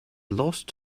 lost